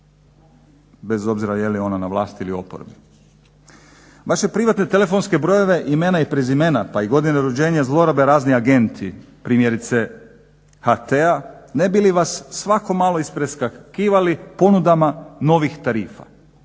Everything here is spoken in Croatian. bez obzira je li ona na vlasti ili oporbi. Vaše privatne telefonske brojeve, imena i prezimena, pa i godine rođenja zlorabe razni agenti, primjerice HT-a ne bi li vas svako malo ispreskakivali ponudama novih tarifa,